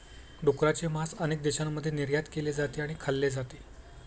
डुकराचे मांस अनेक देशांमध्ये निर्यात केले जाते आणि खाल्ले जाते